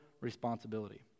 responsibility